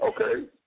Okay